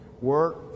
Work